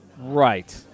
Right